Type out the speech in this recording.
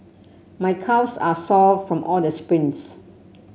my calves are sore from all the sprints